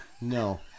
no